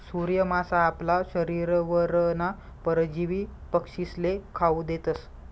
सूर्य मासा आपला शरीरवरना परजीवी पक्षीस्ले खावू देतस